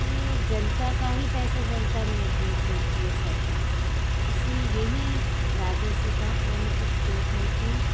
कि जनता का ही पैसा जनता में उपयोग करती है सरकार इसी यही राजस्व का प्रमुख स्त्रोत है कि